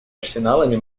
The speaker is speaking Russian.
арсеналами